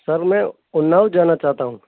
سر میں اناؤں جانا چاہتا ہوں